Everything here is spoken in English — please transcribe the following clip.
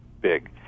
big